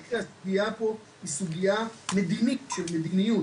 בכל מקרה הסוגייה פה היא סוגייה מדינית, סוגייה